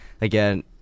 again